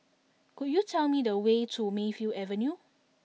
could you tell me the way to Mayfield Avenue